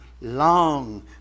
long